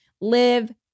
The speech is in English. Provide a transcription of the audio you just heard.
live